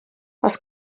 oes